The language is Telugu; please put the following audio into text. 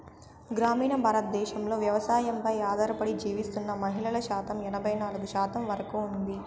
గ్రామీణ భారతదేశంలో వ్యవసాయంపై ఆధారపడి జీవిస్తున్న మహిళల శాతం ఎనబై నాలుగు శాతం వరకు ఉంది